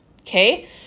okay